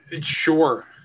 Sure